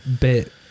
bit